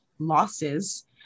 losses